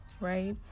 right